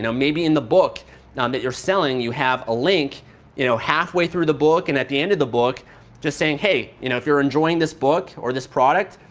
maybe in the book and um that you are selling you have a link you know halfway through the book and at the end of the book just saying, hey, you know if you are enjoying this book or this product,